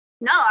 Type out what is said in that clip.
no